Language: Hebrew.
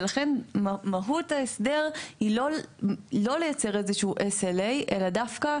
ולכן מהות ההסדר היא לא לייצר איזשהו SLA אלא דווקא